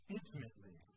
intimately